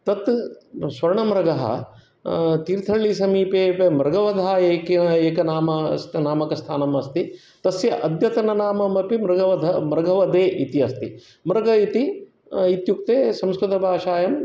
तत् स्वर्णमृगः तीर्थहल्लि समीपे मृगवधः एक्य एक नाम नामकस्थानम् अस्ति तस्य अद्यतन नामम् अपि मृगवध मृगवधे इति अस्ति मृग इति इत्युक्ते संस्कृतभाषायाम्